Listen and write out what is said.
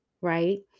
Right